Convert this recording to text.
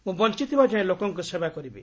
ମୁଁ ବଞ୍ଚଥିବା ଯାଏଁ ଲୋକଙ୍କ ସେବା କରିବି